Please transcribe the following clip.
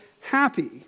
happy